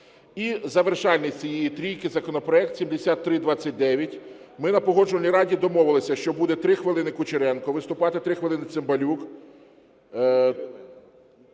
І, завершальний цієї трійки, законопроект 7329. Ми на Погоджувальній раді домовились, що буде: 3 хвилини Кучеренко виступи, 3 хвилини Цимбалюк,